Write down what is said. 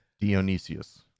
Dionysius